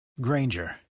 Granger